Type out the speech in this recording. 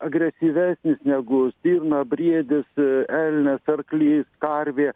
agresyvesnis negu stirna briedis elnias arklys karvė